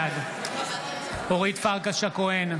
בעד אורית פרקש הכהן,